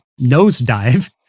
nosedive